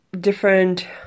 different